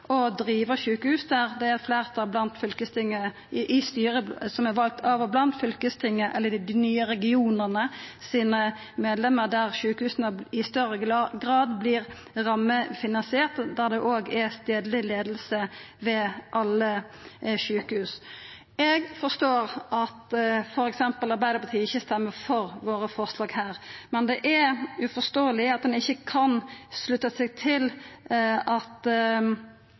å driva sjukehus der det er eit fleirtal i styret som er vald av og blant fylkestinget, eller av medlemene i dei nye regionane, der sjukehusa i større grad vert rammefinansierte, og der det òg er stadleg leiing ved alle sjukehus. Eg forstår at f.eks. Arbeidarpartiet ikkje stemmer for forslaga våre her, men det er uforståeleg at ein ikkje kan slutta seg til at